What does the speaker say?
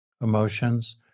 emotions